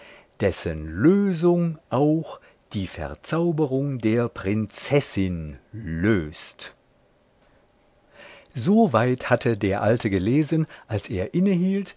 dessen lösung auch die verzauberung der prinzessin löst so weit hatte der alte gelesen als er